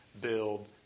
build